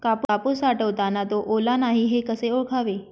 कापूस साठवताना तो ओला नाही हे कसे ओळखावे?